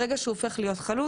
ברגע שהוא הופך להיות חלוט,